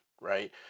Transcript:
right